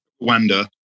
Wanda